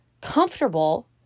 comfortable